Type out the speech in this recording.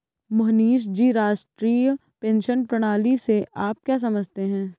मोहनीश जी, राष्ट्रीय पेंशन प्रणाली से आप क्या समझते है?